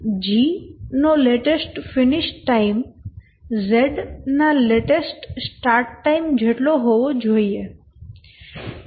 G નો latest finish time Z ના latest start time જેટલો હોવો જોઈએ